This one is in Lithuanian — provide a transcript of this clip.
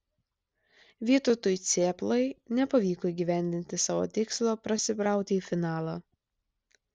vytautui cėplai nepavyko įgyvendinti savo tikslo prasibrauti į finalą